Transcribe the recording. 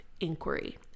inquiry